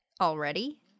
already